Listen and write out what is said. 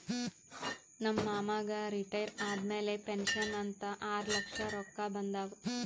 ನಮ್ ಮಾಮಾಗ್ ರಿಟೈರ್ ಆದಮ್ಯಾಲ ಪೆನ್ಷನ್ ಅಂತ್ ಆರ್ಲಕ್ಷ ರೊಕ್ಕಾ ಬಂದಾವ್